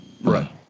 Right